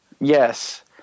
yes